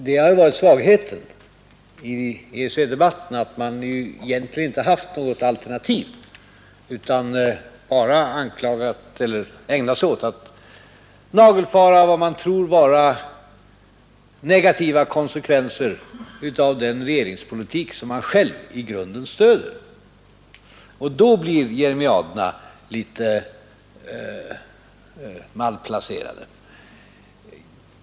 förhandlingar Svagheten i EEC-debatten har varit att oppositionen egentligen inte haft 4 mellan Sverige något alternativ, utan bara ägnat sig åt att nagelfara vad man tror vara och EEC negativa konsekvenser av den regeringspolitik som man själv i grunden stöder. Då blir jeremiaderna litet malplacerade.